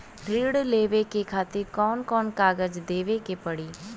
ऋण लेवे के खातिर कौन कोन कागज देवे के पढ़ही?